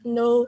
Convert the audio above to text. no